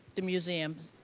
the museums.